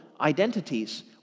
identities